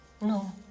No